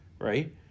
Right